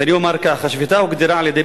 ואני אומר כך: השביתה הוגדרה על-ידי